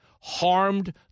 harmed